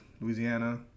Louisiana